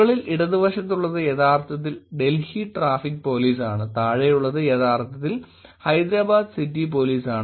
മുകളിൽ ഇടതുവശത്തുള്ളത് യഥാർത്ഥത്തിൽ ഡൽഹി ട്രാഫിക് പോലീസാണ് താഴെയുള്ളത് യഥാർത്ഥത്തിൽ ഹൈദരാബാദ് സിറ്റി പോലീസാണ്